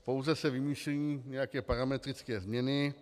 Pouze se vymýšlejí nějaké parametrické změny.